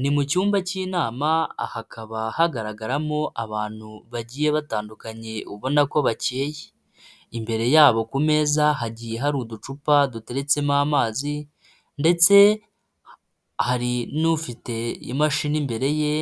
Ni mu cyumba cy'inama hakaba hagaragaramo abantu bagiye batandukanye ubona ko bakeye. Imbere yabo ku meza hagiye hari uducupa duteretsemo amazi ndetse hari n'ufite imashini imbere ye,